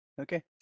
Okay